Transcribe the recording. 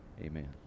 Amen